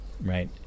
right